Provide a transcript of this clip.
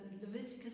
Leviticus